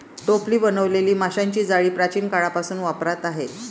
टोपली बनवलेली माशांची जाळी प्राचीन काळापासून वापरात आहे